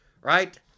right